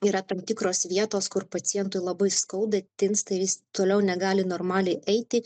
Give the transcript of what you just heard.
yra tam tikros vietos kur pacientui labai skauda tinsta ir jis toliau negali normaliai eiti